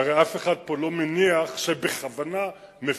שהרי אף אחד פה לא מניח שבכוונה מפירים